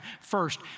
First